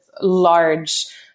large